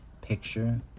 picture